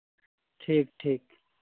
ᱴᱷᱤᱠ ᱴᱷᱤᱠ